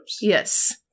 Yes